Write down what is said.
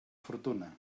fortuna